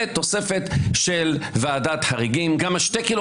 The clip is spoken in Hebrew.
ותוספת של ועדת חריגים.